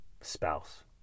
spouse